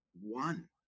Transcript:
one